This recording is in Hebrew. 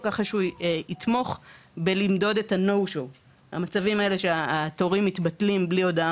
שיעזור לנפגעי טרור לקבל את כספי ההקפאה שהם לא מקבלים.